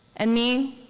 and me,